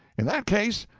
in that case,